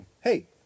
hey